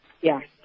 Yes